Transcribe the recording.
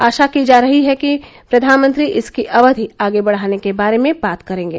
आशा की जा रही है कि प्रधानमंत्री इसकी अवधि आगे बढ़ाने के बारे में बात करेंगे